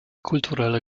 kulturelle